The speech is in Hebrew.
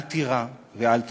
אל תירא ואל תחשוש.